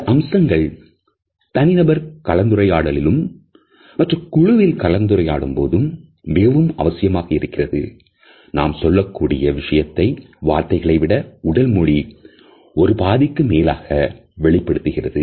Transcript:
இந்த அம்சங்கள் தனிநபர் கலந்துரையாடலிலும் மற்றும் குழுவில் கலந்துரையாடும் போதும் மிகவும் அவசியமாக இருக்கிறது